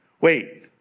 Wait